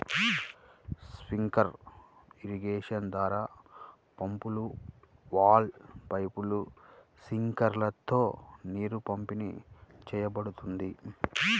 sprinkler irrigation ద్వారా పంపులు, వాల్వ్లు, పైపులు, స్ప్రింక్లర్లతో నీరు పంపిణీ చేయబడుతుంది